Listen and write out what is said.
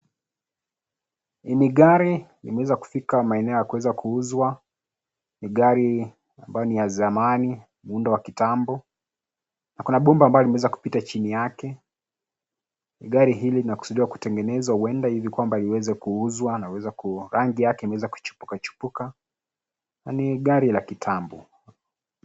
Ni gari imeweza kufika maeneo ya kuweza kuuzwa ni gari ambayo ni ya zamani muundo wa kitambo , Na kuna bomba ambayo limeweza kupita chini yake. Gari hili linakusudiwa kutengenezwa huenda hivi kwamba liweze kuuzwa rangi yake imeweza kuchipuka chipuka na ni gari la kitambo.